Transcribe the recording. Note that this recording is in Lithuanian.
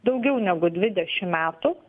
daugiau negu dvidešim metų